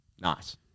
nice